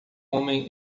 homem